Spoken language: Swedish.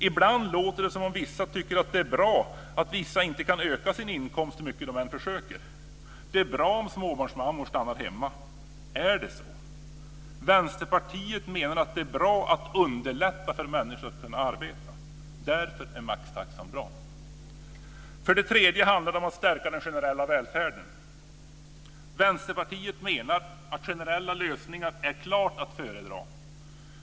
Ibland låter det som om vissa tycker att det är bra att vissa inte kan öka sin inkomst hur mycket de än försöker - alltså att det är bra om småbarnsmammor stannar hemma. Är det så? Vi i Vänsterpartiet menar att det är bra att underlätta för människor att arbeta. Därför är maxtaxan bra! För det tredje handlar det om att stärka den generella välfärden. Vänsterpartiet menar att generella lösningar klart är att föredra.